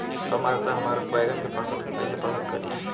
कम आद्रता हमार बैगन के फसल के कइसे प्रभावित करी?